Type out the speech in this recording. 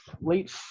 late